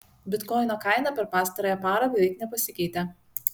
bitkoino kaina per pastarąją parą beveik nepasikeitė